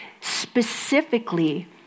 specifically